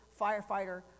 firefighter